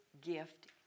gift